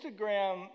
Instagram